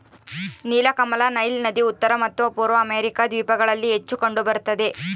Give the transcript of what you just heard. ನೀಲಕಮಲ ನೈಲ್ ನದಿ ಉತ್ತರ ಮತ್ತು ಪೂರ್ವ ಅಮೆರಿಕಾ ದ್ವೀಪಗಳಲ್ಲಿ ಹೆಚ್ಚು ಕಂಡು ಬರುತ್ತದೆ